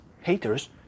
haters